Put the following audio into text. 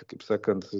kaip sakant